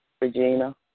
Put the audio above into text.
Regina